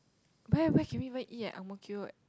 where where can we eat in Ang Mo Kio